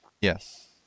Yes